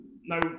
no